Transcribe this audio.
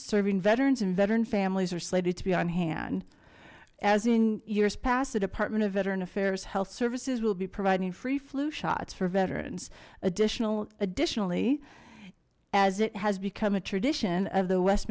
serving veterans and veteran families are slated to be on hand as in years past the department of veteran affairs health services will be providing free flu shots for veterans additional additionally as it has become a tradition of the west